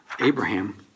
Abraham